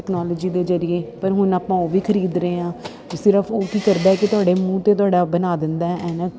technology ਦੇ ਜਰੀਏ ਪਰ ਹੁਣ ਆਪਾਂ ਉਹ ਵੀ ਖਰੀਦ ਰਹੇ ਹਾਂ ਅਤੇ ਸਿਰਫ ਉਹ ਕੀ ਕਰਦਾ ਹੈ ਕਿ ਤੁਹਾਡੇ ਮੂੰਹ 'ਤੇ ਤੁਹਾਡਾ ਬਣਾ ਦਿੰਦਾ ਹੈ ਐਨਕ